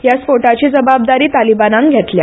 ह्या स्फोटाची जापसालदारकी तालिबानान घेतल्या